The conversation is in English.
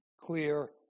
clear